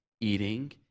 Eating